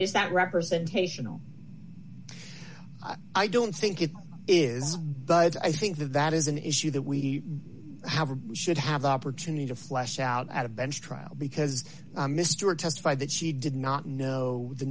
is that representation no i don't think it is but i think that that is an issue that we have a should have the opportunity to flesh out at a bench trial because mr testified that she did not know the